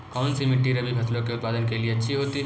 कौनसी मिट्टी रबी फसलों के उत्पादन के लिए अच्छी होती है?